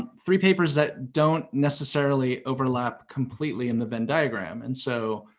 three papers that don't necessarily overlap completely in the venn diagram. and so,